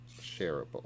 shareable